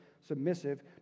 submissive